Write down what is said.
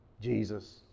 Jesus